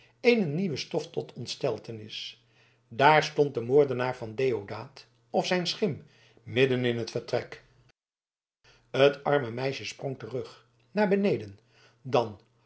eene nieuwe stof tot ontsteltenis daar stond de moordenaar van deodaat of zijn schim midden in het vertrek het arme meisje sprong terug naar beneden dan